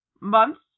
month's